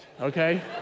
okay